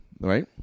right